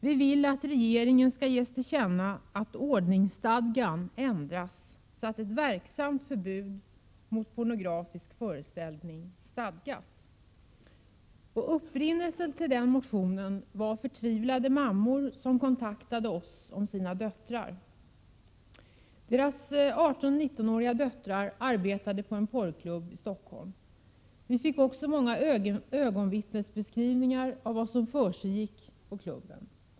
Vi vill att regeringen skall ges till känna att ordningsstadgan bör ändras så att ett verksamt förbud mot pornografisk föreställning stadgas. Upprinnelsen till denna motion var förtvivlade mammor som kontaktade oss om sina döttrar. Deras 18-19-åriga döttrar arbetade på en porrklubb i Stockholm. Vi fick också många ögonvittnesbeskrivningar av vad som försiggick på klubben.